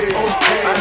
okay